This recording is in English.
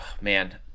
man